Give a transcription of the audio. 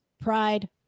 pride